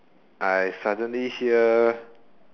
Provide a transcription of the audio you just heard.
I suddenly hear